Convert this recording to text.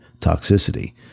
toxicity